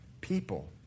people